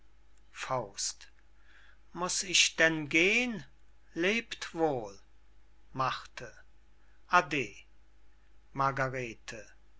wohl muß ich denn gehn lebt wohl ade margarete